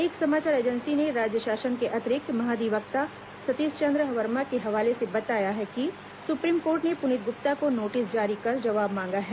एक समाचार एजेंसी ने राज्य शासन के अतिरिक्त महाधिवक्ता सतीश चं द्र वर्मा के हवाले से बताया है कि सु प्रीम कोर्ट ने पुनीत गुप्ता को नोटिस जारी कर जवाब मांगा है